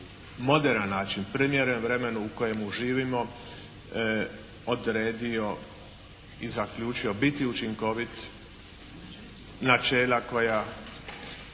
moderan način, primjeren vremenu u kojemu živimo odredio i zaključio biti učinkovit. Načela koja